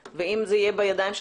ואם זה יהיה בידיים שלכם,